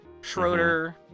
Schroeder